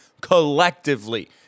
collectively